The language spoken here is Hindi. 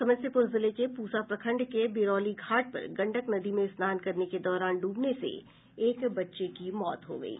समस्तीपुर जिले के पूसा प्रखंड के बिरौली घाट पर गंडक नदी में स्नान करने के दौरान डूबने से एक बच्चे की मौत हो गयी